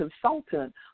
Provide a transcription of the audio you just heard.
consultant